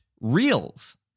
reels